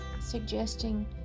suggesting